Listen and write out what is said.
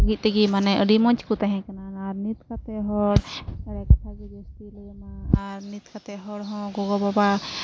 ᱢᱤᱫᱛᱮᱜᱮ ᱢᱟᱱᱮ ᱟᱹᱰᱤ ᱢᱚᱡᱽ ᱠᱚ ᱛᱮᱦᱮᱸᱠᱟᱱᱟ ᱟᱨ ᱱᱤᱛ ᱠᱟᱛᱮᱫ ᱦᱚᱲ ᱮᱲᱮ ᱠᱟᱛᱷᱟᱜᱮ ᱡᱟᱹᱥᱛᱤᱭ ᱞᱟᱹᱭᱟᱢᱟ ᱟᱨ ᱱᱤᱛ ᱠᱟᱛᱮᱫ ᱦᱚᱲᱦᱚᱸ ᱜᱚᱼᱵᱟᱵᱟ